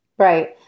Right